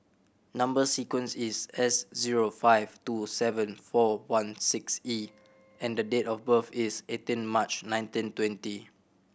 number sequence is S zero five two seven four one six E and the date of birth is eighteen March nineteen twenty